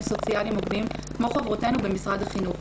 סוציאליים הוגנים כמו חברותינו במשרד החינוך.